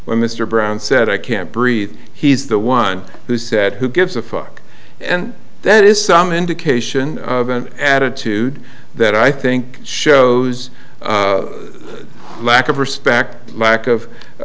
when mr brown said i can't breathe he's the one who said who gives a fuck and that is some indication of an attitude that i think shows lack of respect lack